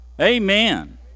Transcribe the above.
Amen